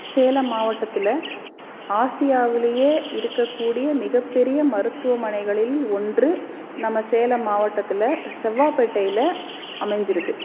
சேலம் மாவட்டத்தில் ஆசியாவிலேயே இருக்கக்கூடிய மிகப்பெரிய மருத்துவமனைகளில் ஒன்று நம்ம சேலம் மாவட்டத்தில் செவ்வாப்பேட்டையில் அமைஞ்சிருக்குது